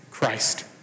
Christ